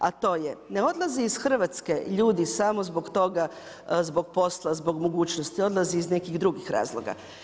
A to je ne odlazi iz Hrvatske ljudi samo zbog toga, zbog posla, zbog mogućnosti, odlaze iz nekih drugih razloga.